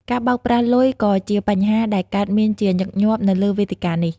ការបោកប្រាស់លុយក៏ជាបញ្ហាដែលកើតមានជាញឹកញាប់នៅលើវេទិកានេះ។